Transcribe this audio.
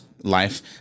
life